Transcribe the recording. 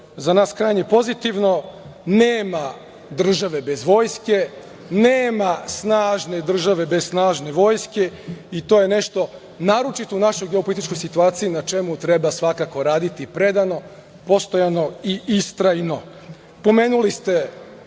za nas krajnje pozitivno. Nema države bez vojske, nema snažne države bez snažne vojske i to je nešto, naročito u našoj geopolitičkoj situaciji, na čemu treba svakako raditi predano, postojano i istrajno. Pomenuli ste